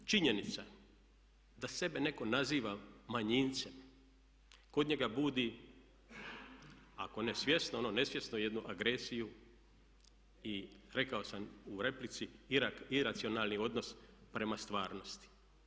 Ta sama činjenica da sebe netko naziva manjincem kod njega budi ako ne svjesno a ono nesvjesno jednu agresiju i rekao sam u replici iracionalni odnos prema stvarnosti.